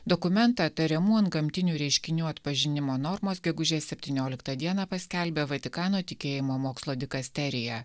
dokumentą tariamų antgamtinių reiškinių atpažinimo normos gegužės septynioliktą dieną paskelbė vatikano tikėjimo mokslo dikasterija